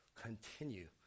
continue